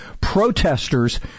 Protesters